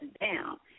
down